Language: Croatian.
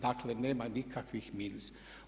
Dakle, nema nikakvih minusa.